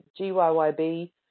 GYYB